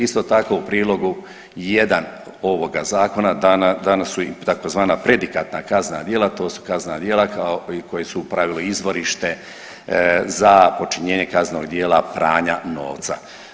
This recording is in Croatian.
Isto tako u prilogu jedan ovoga zakona dana su i tzv. predikatna kaznena djela, to su kaznena djela koja su u pravilu izvorište za počinjenje kaznenog djela pranja novca.